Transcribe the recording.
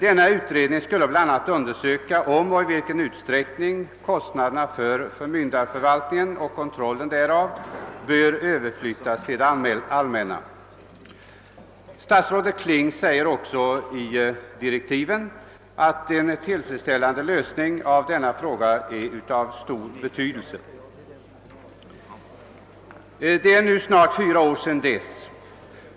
Denna utredning skulle bl a. undersöka om och i vilken utsträckning kostnaderna för förmyndarförvaltingen och: kontrollen därav borde överflyttas till det allmänna. Statsrådet Kling sade också i direktiven till utredningen att en tillfredsställande lösning av denna fråga var av stor betydelse. Det är nu snart fyra år sedan dess.